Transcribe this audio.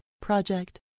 Project